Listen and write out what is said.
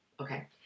Okay